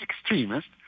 extremists